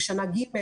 לשנה ג',